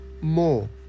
more